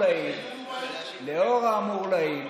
אברהם אבינו,